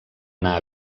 anar